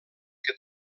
que